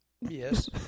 Yes